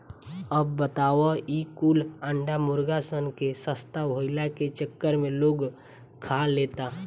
अब बताव ई कुल अंडा मुर्गा सन के सस्ता भईला के चक्कर में लोग खा लेता